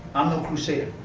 i'm no crusader,